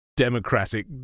democratic